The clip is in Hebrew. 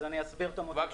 אז אני אסביר את המוטיבציה.